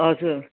हजुर